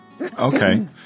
Okay